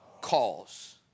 calls